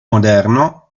moderno